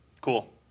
cool